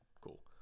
Cool